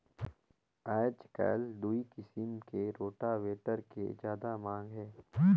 आयज कायल दूई किसम के रोटावेटर के जादा मांग हे